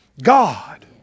God